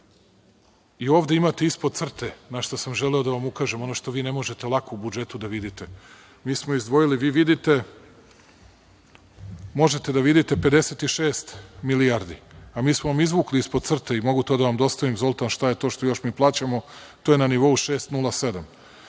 ovde imate ispod crte, na šta sam želeo da vam ukažem, ono što vi ne možete lako u budžetu da vidite, mi smo izdvojili, možete da vidite, 56 milijardi, a mi smo vam izvukli ispod crte, i mogu to da vam dostavim, Zoltan, šta je to što još mi plaćamo, to je na nivou 6,07.